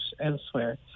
elsewhere